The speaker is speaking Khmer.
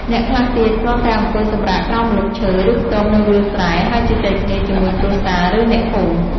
អ្នកខ្លះទៀត គ្រាន់តែអង្គុយសម្រាកក្រោមម្លប់ឈើ ឬ ខ្ទមនៅវាលស្រែ ហើយជជែកគ្នាជាមួយគ្រួសារ ឬ អ្នកភូមិ។